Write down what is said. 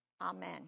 Amen